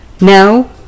No